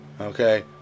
Okay